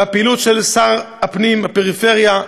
והפעילות של שר הפנים והפריפריה,